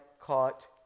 caught